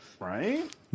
Right